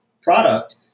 product